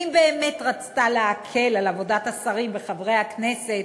ואם באמת רצתה להקל על עבודת השרים וחברי הכנסת,